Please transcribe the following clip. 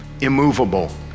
immovable